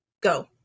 Go